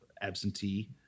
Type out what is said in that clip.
absentee